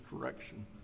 correction